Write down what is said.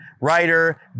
writer